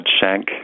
Shank